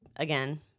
Again